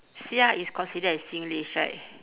sia is considered as singlish right